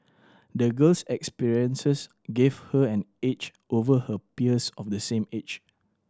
the girl's experiences gave her an edge over her peers of the same age